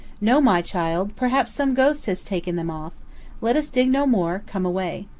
no, my child perhaps some ghost has taken them off let us dig no more come away.